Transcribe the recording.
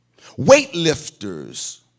weightlifters